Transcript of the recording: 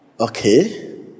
Okay